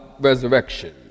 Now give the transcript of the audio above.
resurrection